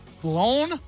blown